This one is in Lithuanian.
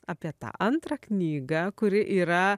apie tą antrą knygą kuri yra